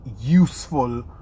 useful